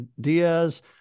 diaz